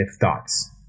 thoughts